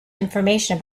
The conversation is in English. information